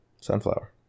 Sunflower